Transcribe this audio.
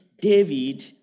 David